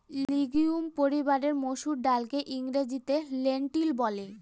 legume পরিবারের মসুর ডালকে ইংরেজিতে লেন্টিল বলে